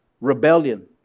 rebellion